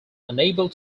unable